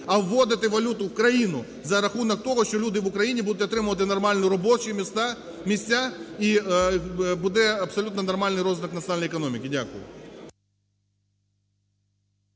а вводити валюту в країну за рахунок того, що люди в Україні будуть отримувати нормальні робочі місця, і буде абсолютно нормальний розвиток національної економіки. Дякую.